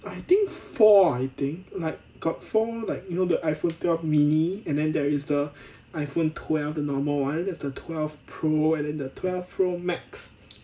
I think four ah I think like got four like you know the iphone mini and then there is the iphone twelve the normal [one] that's the twelve pro and then the twelve pro max